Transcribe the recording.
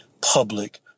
public